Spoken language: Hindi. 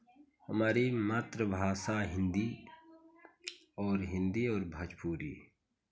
हमारी मातृभाषा हिन्दी और हिन्दी और भोजपुरी